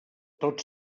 tot